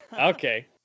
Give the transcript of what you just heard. Okay